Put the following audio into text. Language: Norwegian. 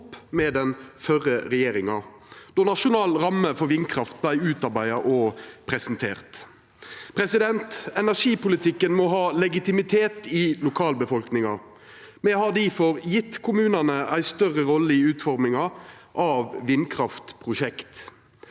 med den førre regjeringa då Nasjonal ramme for vindkraft vart utarbeidd og presentert. Energipolitikken må ha legitimitet i lokalbefolkninga. Me har difor gjeve kommunane ei større rolle i utforminga av vindkraftprosjekt.